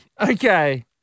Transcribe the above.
Okay